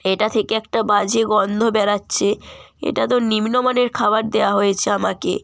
এটা থেকে একটা বাজে গন্ধ বেরোচ্ছে এটা তো নিম্নমানের খাবার দেওয়া হয়েছে আমাকে